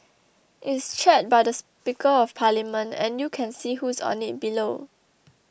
it's chaired by the Speaker of Parliament and you can see who's on it below